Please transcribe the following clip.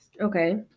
Okay